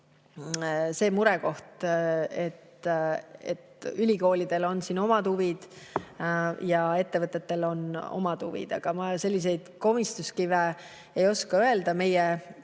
see murekoht, et ülikoolidel on omad huvid ja ettevõtetel on omad huvid. Aga ma selliseid komistuskive ei oska öelda. Meie